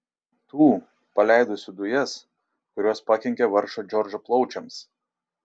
tų paleidusių dujas kurios pakenkė vargšo džordžo plaučiams